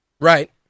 Right